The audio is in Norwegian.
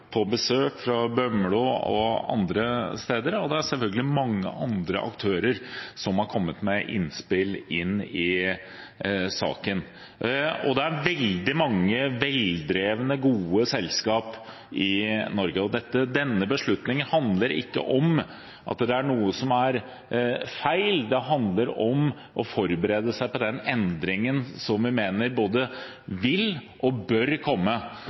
på besøk fra Bømlo og andre steder, og det er selvfølgelig mange andre aktører som har kommet med innspill i saken. Og det er veldig mange veldrevne, gode selskap i Norge. Denne beslutningen handler ikke om at det er noe som er feil. Det handler om å forberede seg på den endringen som vi mener både vil og bør komme,